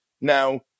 Now